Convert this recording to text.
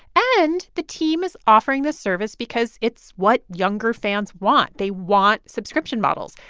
and the team is offering this service because it's what younger fans want. they want subscription models.